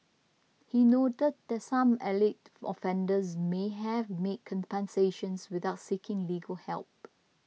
he noted that some alleged offenders may have made compensations without seeking legal help